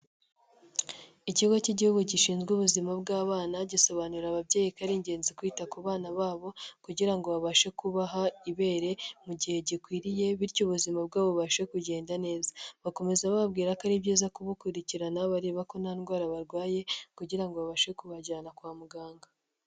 Ikigo cy'igihugu gishinzwe ubuzima bw'abana gisobanurira ababyeyi ko ari ingenzi kwita ku bana babo, kugira ngo babashe kubaha ibere mu gihe gikwiriye bityo ubuzima bwabo bubashe kugenda neza, bakomeza bababwira ko ari byiza kubukurikirana bareba ko nta ndwara barwaye, kugira ngo babashe kubajyana kwa muganga.